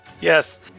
Yes